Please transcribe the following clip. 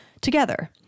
together